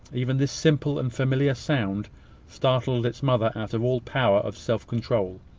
even this simple and familiar sound startled its mother out of all power of self-control.